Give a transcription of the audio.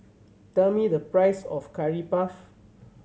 tell me the price of Curry Puff